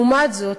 לעומת זאת,